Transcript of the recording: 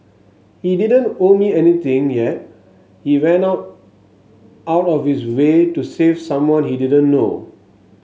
he didn't owe me anything yet he went out out of his way to save someone he didn't know